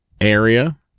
area